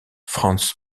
franz